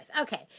Okay